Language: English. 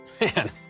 Man